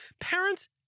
Parents